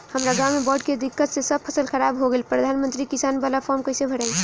हमरा गांव मे बॉढ़ के दिक्कत से सब फसल खराब हो गईल प्रधानमंत्री किसान बाला फर्म कैसे भड़ाई?